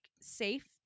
safe